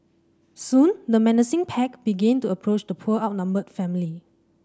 soon the menacing pack began to approach the poor outnumbered family